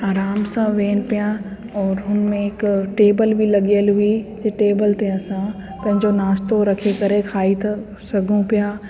आराम सां वेहनि पिया और हुन में हिक टेबल बि लॻियल हुई ते टेबल ते असां पंहिंजो नाश्तो रखी करे खाई था सघऊं पिया